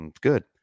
Good